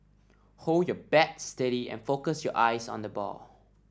hold your bat steady and focus your eyes on the ball